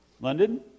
London